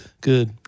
Good